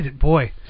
boy